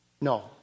No